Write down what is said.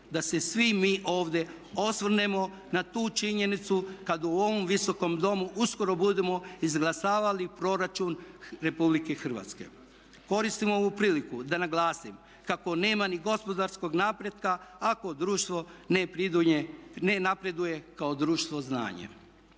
da se svi mi ovdje osvrnemo na tu činjenicu kad u ovom Visokom domu uskoro budemo izglasavali proračun Republike Hrvatske. Koristim ovu priliku da naglasim kako nema ni gospodarskog napretka ako društvo ne napreduje kao društvo znanjem.